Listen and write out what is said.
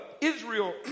Israel